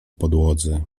podłodze